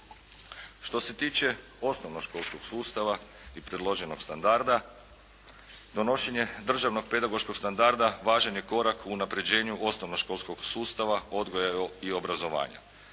Što se tiče osnovnoškolskog sustava i predloženog standarda. Donošenje državnog pedagoškog standarda važan je korak u unapređenju osnovnog školskog sustava, odgoja i obrazovanja.